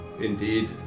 indeed